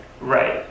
Right